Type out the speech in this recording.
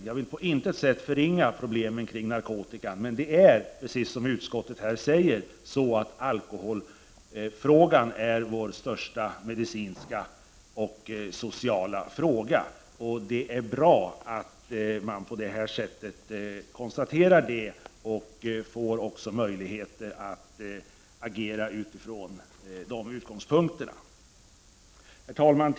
Jag vill på intet sätt förringa problemen kring narkotikan, men det är, precis som utskottet här säger, alkoholfrågan som är vår största medicinska och sociala fråga. Det är bra att man konstaterar det och på så sätt får möjligheter att agera utifrån de utgångspunkterna. Herr talman!